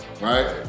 right